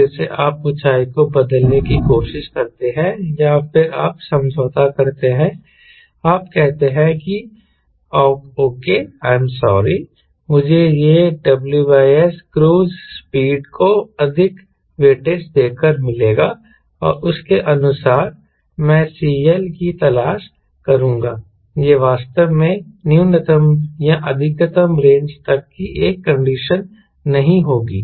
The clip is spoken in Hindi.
फिर से आप ऊंचाई को बदलने की कोशिश करते हैं या फिर आप समझौता करते हैं आप कहते हैं कि ओके आई एम सॉरी मुझे यह WS क्रूज़ स्पीड को अधिक वेटेज देकर मिलेगा और उसके अनुसार मैं CL की तलाश करूंगा यह वास्तव में न्यूनतम या अधिकतम रेंज तक की एक कंडीशन नहीं होगी